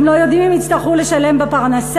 הם לא יודעים אם יצטרכו לשלם בפרנסה,